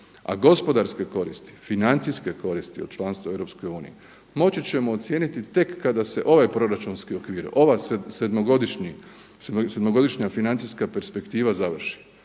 A gospodarske koristi, financijske koristi od članstva u Europskoj uniji moći ćemo ocijeniti tek kada se ovaj proračunski okvir, ova sedmogodišnja financijska perspektiva završi.